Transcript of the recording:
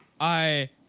I-